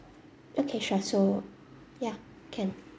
okay sure so ya can